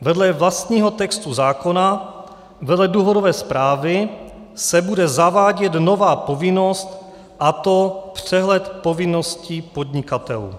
Vedle vlastního textu, vedle důvodové zprávy, se bude zavádět nová povinnost, a to přehled povinností podnikatelů.